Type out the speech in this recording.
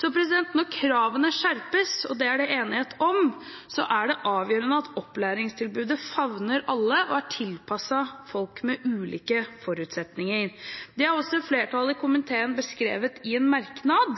Når kravene skjerpes, og det er det enighet om, er det avgjørende at opplæringstilbudet favner alle og er tilpasset folk med ulike forutsetninger. Det har også flertallet i komiteen beskrevet i en merknad: